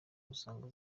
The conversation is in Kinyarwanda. usanga